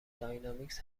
داینامیکس